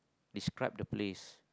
describe the places